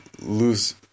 lose